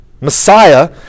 Messiah